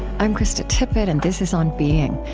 i'm krista tippett, and this is on being.